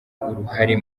uruhare